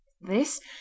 This